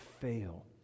fail